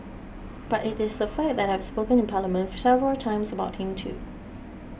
but it is a fact that I have spoken in Parliament several times about him too